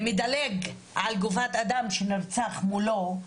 מדלג על גופת אדם שנרצח מולו,